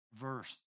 verse